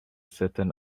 certain